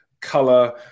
color